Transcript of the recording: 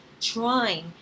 trying